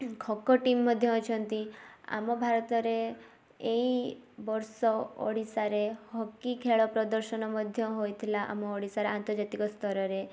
kho kho team ମଧ୍ୟ ଅଛନ୍ତି ଆମ ଭାରତରେ ଏଇ ବର୍ଷ ଓଡ଼ିଶାରେ ହକି ଖେଳ ପ୍ରଦର୍ଶନ ମଧ୍ୟ ହୋଇଥିଲା ଆମ ଓଡ଼ିଶାରେ ଆନ୍ତର୍ଜାତିକ ସ୍ତରରେ